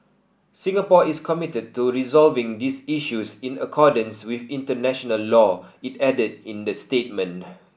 Singapore is committed to resolving these issues in accordance with international law it added in the statement